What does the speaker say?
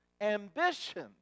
Ambition